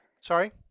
Sorry